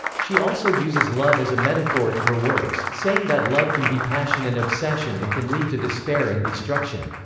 she also uses love as a metaphor in her works, saying that love can be passion and obsession and can lead to despair and destruction.